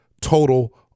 total